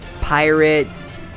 pirates